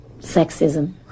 sexism